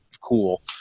cool